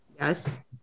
Yes